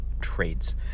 trades